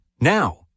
now